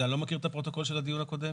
אתה לא מכיר את הפרוטוקול של הדיון הקודם?